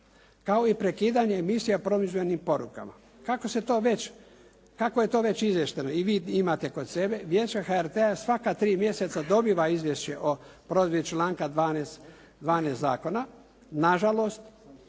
kao i prekidanje emisija promidžbenim porukama. Kako se to već, kako je to već izvješteno i vi imate kod sebe Vijeće HRT-a svaka 3 mjeseca dobiva izvješće o provedbi članka 12. zakona. Nažalost